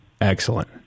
Excellent